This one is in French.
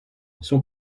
son